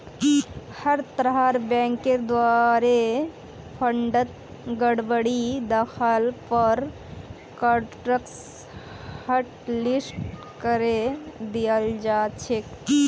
हर तरहर बैंकेर द्वारे फंडत गडबडी दख ल पर कार्डसक हाटलिस्ट करे दियाल जा छेक